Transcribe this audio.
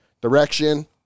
direction